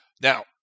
Now